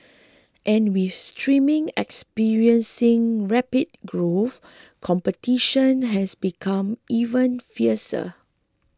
and with streaming experiencing rapid growth competition has become even fiercer